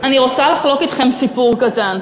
אני רוצה לחלוק אתכם סיפור קטן.